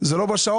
אבל זה לא בשעות.